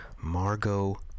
Margot